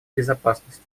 безопасности